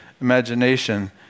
imagination